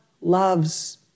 loves